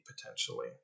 potentially